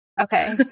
Okay